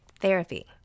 Therapy